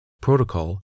protocol